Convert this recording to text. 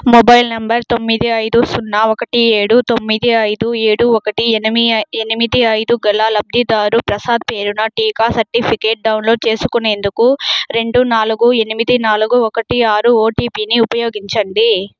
mobile number తొమ్మిది ఐదు సున్నా ఒకటి ఏడు తొమ్మిది ఐదు ఏడు ఒకటి ఎనిమిది ఎనిమిది ఐదు గల లబ్ధిదారుడు ప్రసాద్ పేరున టీకా సర్టిఫికేట్ డౌన్లోడ్ చేసుకునేందుకు రెండు నాలుగు ఎనిమిది నాలుగు ఒకటి ఆరు ఒటిపిని ఉపయోగించండి